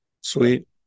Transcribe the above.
Sweet